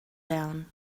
down